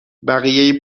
بقیه